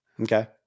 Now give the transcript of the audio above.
okay